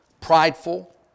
prideful